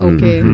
Okay